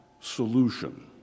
solution